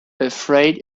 afraid